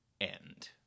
End